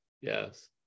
yes